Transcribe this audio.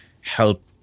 help